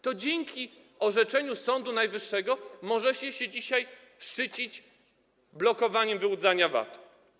To dzięki orzeczeniu Sądu Najwyższego możecie się dzisiaj szczycić blokowaniem wyłudzania VAT.